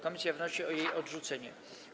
Komisja wnosi o jej odrzucenie.